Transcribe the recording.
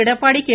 Edappadi K